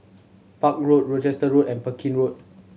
Park Road Rochester Road and Pekin Road